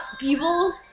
evil